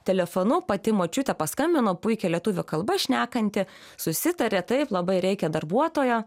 telefonu pati močiutė paskambino puikia lietuvių kalba šnekanti susitarė taip labai reikia darbuotojo